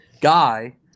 guy